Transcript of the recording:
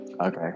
Okay